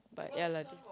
but yeah lah